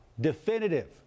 definitive